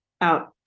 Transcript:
out